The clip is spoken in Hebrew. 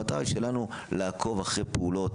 המטרה שלנו לעקוב אחרי פעולות,